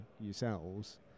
yourselves